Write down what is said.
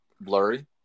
blurry